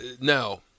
now